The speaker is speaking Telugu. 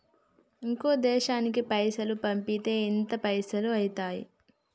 ఇంకో దేశానికి పైసల్ పంపితే ఎంత పైసలు అయితయి?